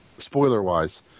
Spoiler-wise